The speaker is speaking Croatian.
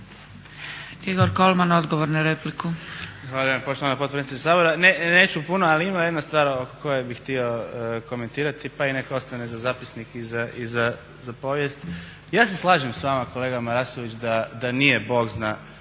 Igor Kolman odgovor na repliku.